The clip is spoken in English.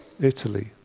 Italy